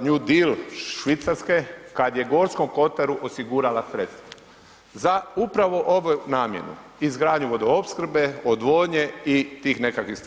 new deal Švicarske kada je Gorskom kotaru osigurala sredstva za upravo ovu namjenu, izgradnju vodoopskrbe, odvodnje i tih nekakvih stvari.